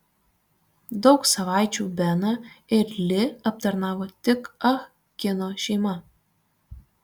daug savaičių beną ir li aptarnavo tik ah kino šeima